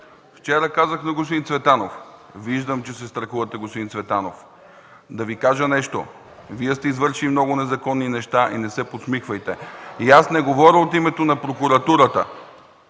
Вчера казах на господин Цветанов: виждам, че се страхувате, господин Цветанов. Да Ви кажа нещо: Вие сте извършили много незаконни неща. И не се подсмихвайте! (Шум и реплики.) И аз не говоря от името на Прокуратурата.